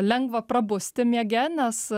lengva prabusti miege nes